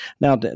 now